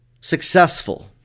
successful